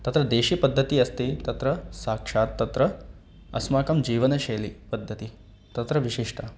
तत्र देशीयपद्धतिः अस्ति तत्र साक्षात् तत्र अस्माकं जीवनशैली पद्धति तत्र विशिष्टा